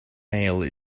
male